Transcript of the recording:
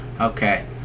Okay